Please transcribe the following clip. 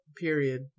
Period